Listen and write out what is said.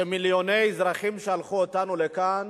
שמיליוני אזרחים שלחו אותנו לכאן